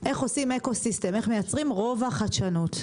איך עושים אקוסיסטם, איך מייצרים רובע חדשנות.